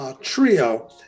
trio